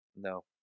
No